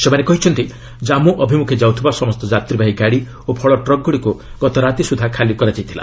ସେମାନେ କହିଛନ୍ତି ଜନ୍ମୁ ଅଭିମୁଖେ ଯାଉଥିବା ସମସ୍ତ ଯାତ୍ରୀବାହି ଗାଡ଼ି ଓ ଫଳ ଟ୍ରକ୍ଗୁଡ଼ିକୁ ଗତ ରାତି ସୁଦ୍ଧା ଖାଲି କରାଯାଇଥିଲା